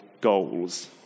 goals